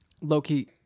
low-key